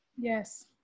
Yes